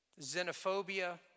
xenophobia